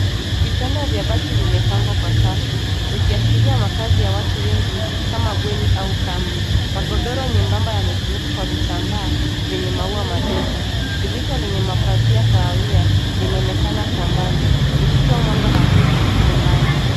Vitanda vya bati vimepangwa kwa safu zikiashiria makazi ya watu wengi kama bweni au kambi magodoro nyembamba yamefunikwa kwa vitambaa vyenye maua madogo dirisha lenye mapazia kahawia linaonekana kwa mbali likitoa mwanga hafifu chumbani